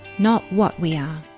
not what we are.